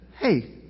hey